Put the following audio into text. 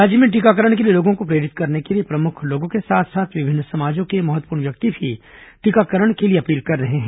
राज्य में टीकाकरण के लिए लोगों को प्रेरित करने के लिए प्रमुख लोगों के साथ साथ विभिन्न समाजों के महत्वपूर्ण व्यक्ति भी टीकाकरण के लिए अपील कर रहे हैं